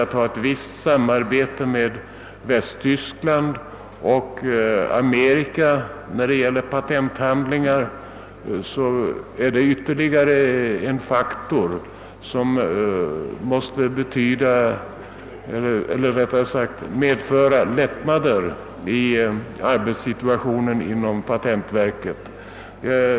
En ytterligare faktor som måste verka i denna riktning är att Kungl. Maj:t har bemyndigat patentverket att bedriva ett visst samarbete med Västtyskland och USA i fråga om patenthandlingar.